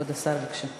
כבוד השר, בבקשה.